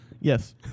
Yes